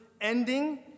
ending